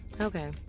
Okay